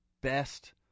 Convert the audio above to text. best